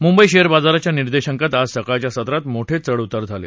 Mumbai share बाजाराच्या निर्देशांकात आज सकाळच्या सत्रात मोठे चढउतार झाले